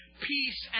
peace